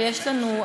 ויש לנו,